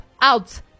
out